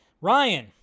Ryan